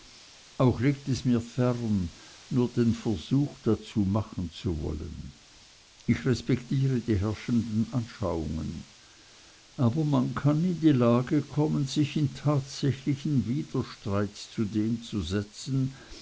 auch liegt es mir fern nur den versuch dazu machen zu wollen ich respektiere die herrschenden anschauungen aber man kann in die lage kommen sich in tatsächlichen widerstreit zu dem zu setzen